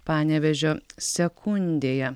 panevėžio sekundėje